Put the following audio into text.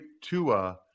Tua